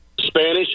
Spanish